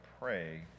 pray